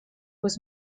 was